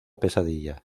pesadilla